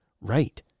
right